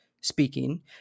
speaking